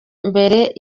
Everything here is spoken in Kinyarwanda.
mbere